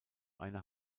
eine